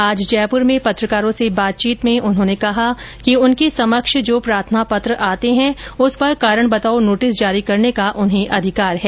आज जयपुर में पत्रकारों से बातचीत में उन्होंने कहा कि उनके समक्ष जो प्रार्थना पत्र आते हैं उस पर कारण बताओ नोटिस जारी करने का उन्हें अधिकार है